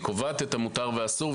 היא קובעת את המותר והאסור.